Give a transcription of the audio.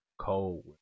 Cold